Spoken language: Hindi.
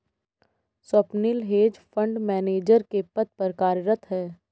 स्वप्निल हेज फंड मैनेजर के पद पर कार्यरत है